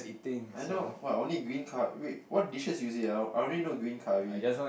I know what only green col~ wait what dishes is it I only know green curry